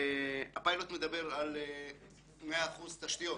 הפיילוט מדבר על 100 אחוזים תשתיות